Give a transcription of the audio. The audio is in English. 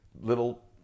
little